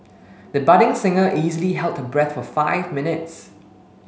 the budding singer easily held her breath for five minutes